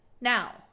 Now